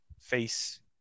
face